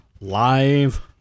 live